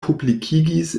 publikigis